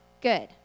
good